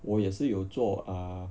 我也是有做 err